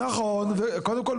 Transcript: נכון וקודם כל,